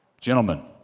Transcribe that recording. Gentlemen